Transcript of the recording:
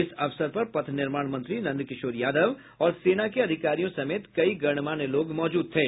इस अवसर पर पथ निर्माण मंत्री नंद किशोर यादव और सेना के अधिकारियों समेत कई गणमान्य लोग मौजूद थे